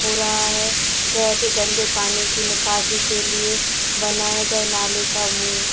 हो रहा है शहर के गंदे पानी के निकासी के लिए बनाए गए नाले का मुँह